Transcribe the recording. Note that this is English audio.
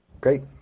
Great